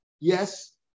yes